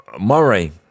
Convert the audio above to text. Murray